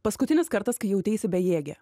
paskutinis kartas kai jauteisi bejėgė